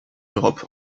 europe